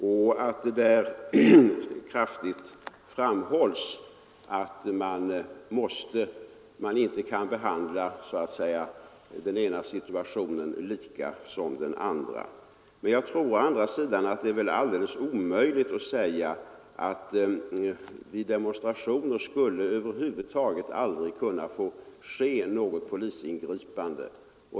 I kommentaren framhålls redan nu kraftigt att man inte kan behandla den ena situationen likadant som den andra. Å andra sidan tror jag att det är alldeles omöjligt att säga att det vid demonstrationer över huvud taget aldrig skall kunna få ske något polisingripande.